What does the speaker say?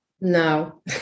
No